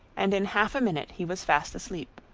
and in half a minute he was fast asleep.